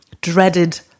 dreaded